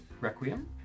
Requiem